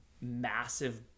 massive